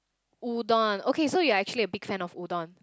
udon okay so you are actually a big fan of udon